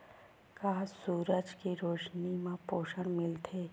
का सूरज के रोशनी म पोषण मिलथे?